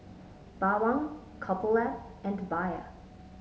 Bawang Couple Lab and Bia